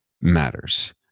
matters